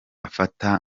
afata